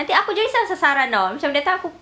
nanti aku jadi sasaran [tau] nanti later aku